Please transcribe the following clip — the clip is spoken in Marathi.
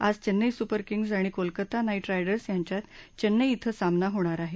आज चेन्नई सूपर किंग्ज आणि कोलकाता नाईट रायर्ड्स यांच्यात चेन्नई क्रि सामना होणार आहे